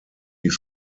wie